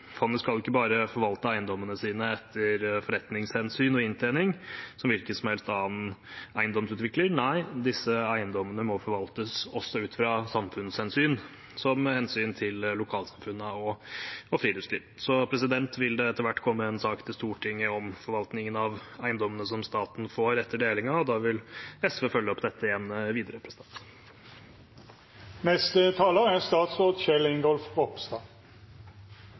Fondet skal ikke bare forvalte eiendommene sine etter forretningshensyn og inntjening, som en hvilken som helst annen eiendomsutvikler. Nei, disse eiendommene må forvaltes også ut fra samfunnshensyn, som hensyn til lokalsamfunn og friluftsliv. Det vil etter hvert komme en sak til Stortinget om forvaltningen av eiendommene som staten får etter delingen, og da vil SV følge opp dette videre.